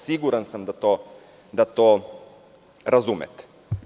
Siguran sam da to razumete.